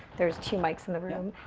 there's two mics in the room.